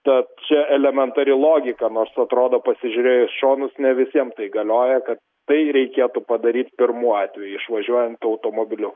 tad čia elementari logika nors atrodo pasižiūrėjus šonus ne visiem tai galioja kad tai reikėtų padaryt pirmu atveju išvažiuojant automobiliu